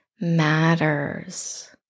matters